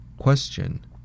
Question